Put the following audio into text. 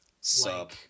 sup